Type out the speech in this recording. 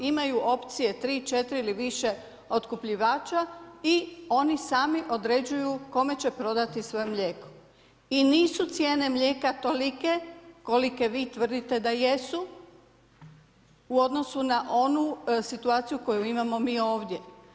Imaju opcije, 3, 4 ili više otkupljivača i oni sami određuju kome će prodati svoje mlijeko i nisu cijene mlijeka tolike kolike vi tvrdite da jesu u odnosu na onu situaciju koju imamo mi ovdje.